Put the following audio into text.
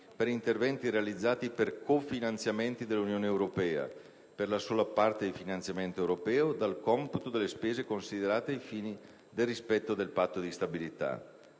per interventi realizzati con cofinanziamenti dell'Unione Europea, per la sola parte di finanziamento europeo, dal computo delle spese considerate ai fini del rispetto del Patto di stabilità.